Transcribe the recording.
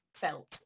felt